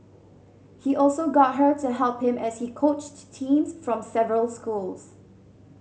he also got her to help him as he coached teams from several schools